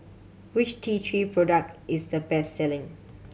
which T Three product is the best selling